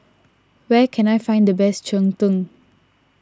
where can I find the best Cheng Tng